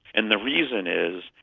and the reason is,